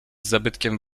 zabytkiem